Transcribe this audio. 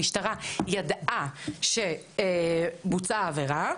המשטרה ידעה שבוצעה העבירה,